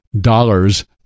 dollars